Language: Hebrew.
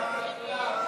נא להצביע.